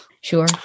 Sure